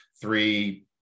three